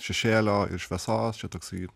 šešėlio ir šviesos čia toksai